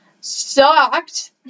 sucked